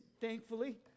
thankfully